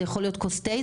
זה יכול להיות כוס תה,